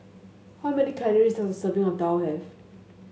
how many calories does a serving of daal have